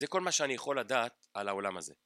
זה כל מה שאני יכול לדעת על העולם הזה.